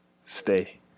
stay